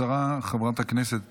השרה חברת הכנסת